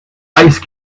ice